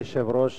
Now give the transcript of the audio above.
כבוד היושב-ראש,